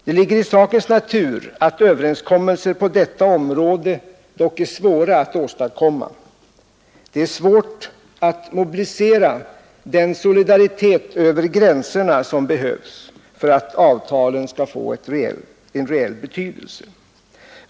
Det ligger i sakens natur att överenskommelser på detta område dock är svåra att åstadkomma. Det är svårt att mobilisera den solidaritet över gränserna som behövs för att avtalen skall få en reell betydelse.